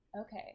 Okay